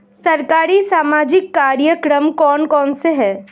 सरकारी सामाजिक कार्यक्रम कौन कौन से हैं?